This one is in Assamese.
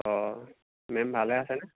অঁ মেম ভালে আছেনে